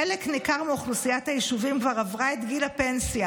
חלק ניכר מאוכלוסיית היישובים כבר עברה את גיל הפנסיה,